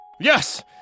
Yes